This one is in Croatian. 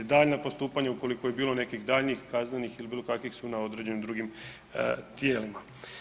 Daljnja postupanja, ukoliko je bilo nekih daljnjih kaznenih ili bilo kakvih su na određenim drugim tijelima.